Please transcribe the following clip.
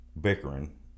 bickering